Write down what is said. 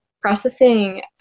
Processing